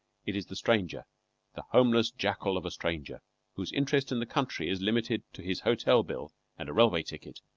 it is the stranger the homeless jackal of a stranger whose interest in the country is limited to his hotel-bill and a railway-ticket,